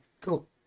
cool